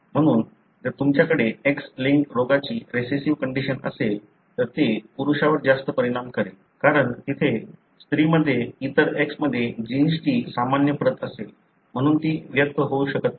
म्हणून जर तुमच्याकडे X लिंक्ड रोगाची रिसेसिव्ह कंडिशन असेल तर ते पुरुषावर जास्त परिणाम करेल कारण स्त्रीमध्ये इतर X मध्ये जीन्सची सामान्य प्रत असेल म्हणून ती व्यक्त होऊ शकत नाही